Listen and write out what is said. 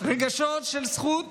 רגשות של זכות